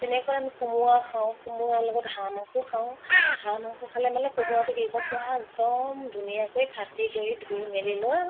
তেনেকৈ আমি কোমোৰা খাওঁ কোমোৰাৰ লগত হাঁহ মাংসও খাওঁ হাঁহ মাংস খালে মানে কোমোৰাটো কি কৰোঁ পুৱা একদম ধুনীয়াকৈ কাটি কৰি ধুই মেলি লৈ